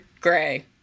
gray